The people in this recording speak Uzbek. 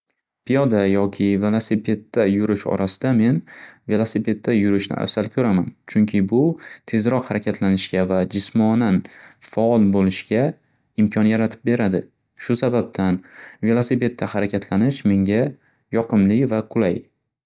Piyoda yoki velosipedda yurish orasida men velosipedda yurishni afzal koʻraman, chunki bu tezroq harakatlanishga va jismonan faol boʻlishga imkon yaratib beradi. Shu sababdan velosipedda harakatlanish menga yoqimli va qulay.